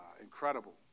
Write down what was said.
Incredible